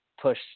push